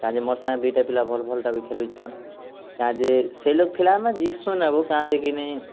କାଁ ଯେ ମୋର ସାଙ୍ଗରେ ଦୁଇଟା ପିଲା ଭଲ ଭଲଟା ବି ଖେଲୁଛନ୍ କାଁ ଯେ ସେ ଲୋକ ଥିଲେ ଆମେ ଜିସୁନାଁ ବୋ କାଁ ଯେ କି ନେଇଁ